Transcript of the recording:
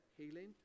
healing